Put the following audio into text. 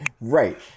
right